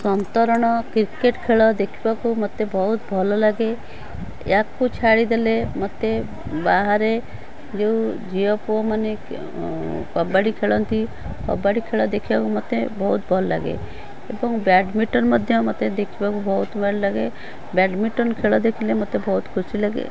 ସନ୍ତରଣ କ୍ରିକେଟ୍ ଖେଳ ଦେଖିବାକୁ ମୋତେ ବହୁତ ଭଲ ଲାଗେ ଆକୁ ଛାଡ଼ିଦେଲେ ମୋତେ ବାହାରେ ଯେଉଁ ଝିଅ ପୁଅମାନେ କବାଡ଼ି ଖେଳନ୍ତି କବାଡ଼ି ଖେଳ ଦେଖିବାକୁ ମୋତେ ବହୁତ ଭଲ ଲାଗେ ଏବଂ ବ୍ୟାଡ଼ମିଣ୍ଟନ୍ ଦେଖିବାକୁ ବହୁତ ଭଲ ଲାଗେ ବ୍ୟାଡ଼ମିଣ୍ଟନ୍ ଦେଖିବାକୁ ବହୁତ ଖୁସି ଲାଗେ